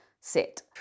sit